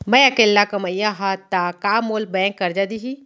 मैं अकेल्ला कमईया हव त का मोल बैंक करजा दिही?